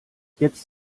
jetzt